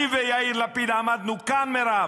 אני ויאיר לפיד עמדנו כאן, מירב,